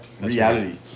reality